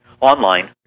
online